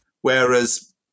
Whereas